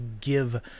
give